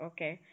Okay